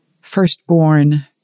Firstborn